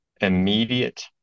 immediate